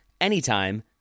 anytime